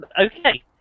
Okay